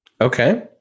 Okay